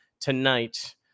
tonight